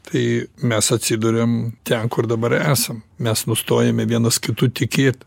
tai mes atsiduriam ten kur dabar esam mes nustojame vienas kitu tikėt